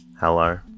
Hello